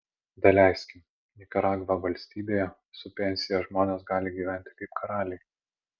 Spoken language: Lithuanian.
daleiskim nikaragva valstybėje su pensija žmonės gali gyventi kaip karaliai